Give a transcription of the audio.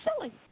silly